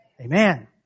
Amen